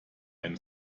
ein